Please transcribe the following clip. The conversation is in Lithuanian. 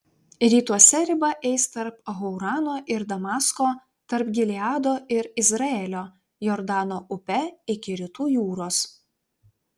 rytuose riba eis tarp haurano ir damasko tarp gileado ir izraelio jordano upe iki rytų jūros